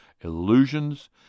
illusions